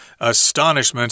astonishment